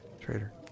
Traitor